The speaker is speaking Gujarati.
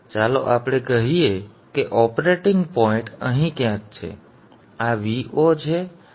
હવે ચાલો આપણે કહીએ કે ઓપરેટિંગ પોઇન્ટ અહીં ક્યાંક છે હવે આ Vo છે આ f છે